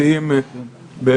קיבלנו סקירה מצוינת מה-,